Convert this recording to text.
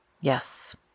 Yes